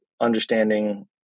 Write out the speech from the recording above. understanding